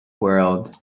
world